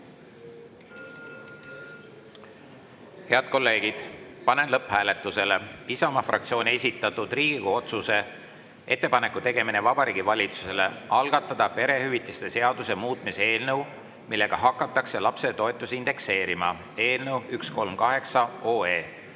Head kolleegid, panen lõpphääletusele Isamaa fraktsiooni esitatud Riigikogu otsuse "Ettepaneku tegemine Vabariigi Valitsusele algatada perehüvitiste seaduse muutmise eelnõu, millega hakatakse lapsetoetusi indekseerima" eelnõu 138.